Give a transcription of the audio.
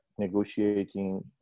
negotiating